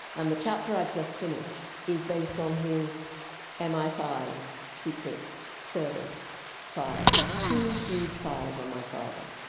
and the chapter i've just finished is based on his m i five secret service files, two huge files on my father,